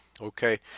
Okay